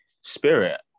spirit